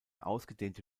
ausgedehnte